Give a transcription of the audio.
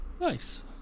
Nice